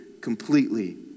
completely